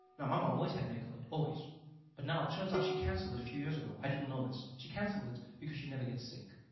now my mom always had medical aid, always but now it turns out she canceled it a few years ago i didn't know this, she canceled it because she never gets sick.